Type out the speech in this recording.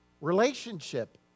relationship